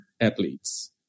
athletes